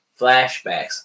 flashbacks